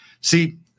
See